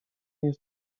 jest